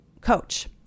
coach